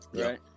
right